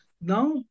Now